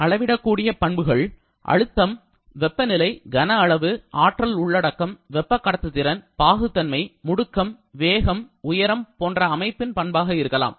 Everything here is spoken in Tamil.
அளவிடக்கூடிய பண்புகள் அழுத்தம் வெப்பநிலை கன அளவு ஆற்றல் உள்ளடக்கம் வெப்ப கடத்துத்திறன் பாகுத்தன்மை முடுக்கம் வேகம் உயரம் போன்ற அமைப்பின் பண்பாக இருக்கலாம்